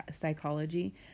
psychology